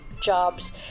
jobs